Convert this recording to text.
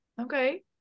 Okay